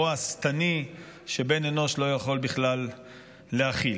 רוע שטני שבן אנוש לא יכול בכלל להכיל.